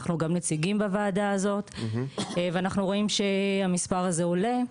אנחנו גם נציגים בוועדה הזאת ואנחנו רואים שהמספר הזה עולה.